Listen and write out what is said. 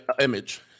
image